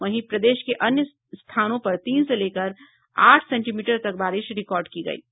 वहीं प्रदेश के अन्य स्थानों पर तीन से लेकर आठ सेंटीमीटर तक बारिश रिकॉर्ड की गयी है